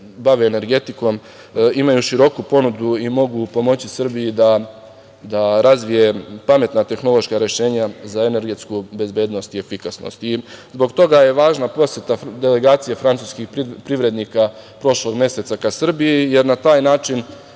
energetikom imaju široku ponudu i mogu pomoći Srbiji da razvije pametna tehnološka rešenja za energetsku bezbednost i efikasnost. Zbog toga je važna poseta Francuske delegacije privrednika prošlog meseca ka Srbiji, jer na taj način